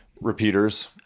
Repeaters